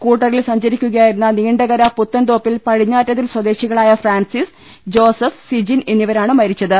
സ്കൂട്ടറിൽ സഞ്ചരിക്കുകയായിരുന്ന നീണ്ടകര പുത്തൻതോപ്പിൽ പടിഞ്ഞാറ്റതിൽ സ്വദേശികളായ ഫ്രാൻസിസ് ജോസഫ് സിജിൻ എന്നിവരാണ് മരിച്ചത്